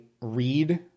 read